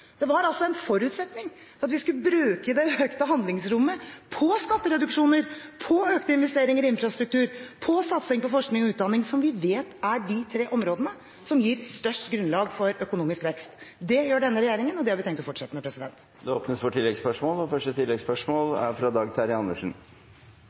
Det var altså en forutsetning at vi skulle bruke det økte handlingsrommet på skattereduksjoner, på økte investeringer i infrastruktur, til satsing på forskning og utdanning, som vi vet er de tre områdene som gir størst grunnlag for økonomisk vekst. Det gjør denne regjeringen, og det har vi tenkt å fortsette med. Det